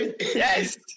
Yes